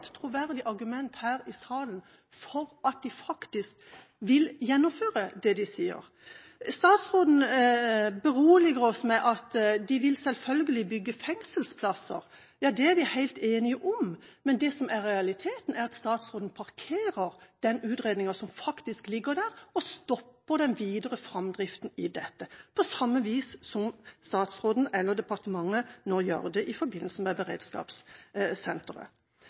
troverdig argument her i salen for at de faktisk vil gjennomføre det de sier. Statsråden beroliger oss med at de vil selvfølgelig bygge fengselsplasser. Ja, det er vi helt enige om, men det som er realiteten, er at statsråden parkerer den utredningen som faktisk ligger der, og stopper den videre framdriften i dette, på samme vis som han, eller departementet, gjør i forbindelse med beredskapssenteret.